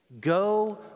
go